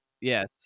Yes